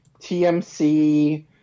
TMC